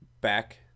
back